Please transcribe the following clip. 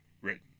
written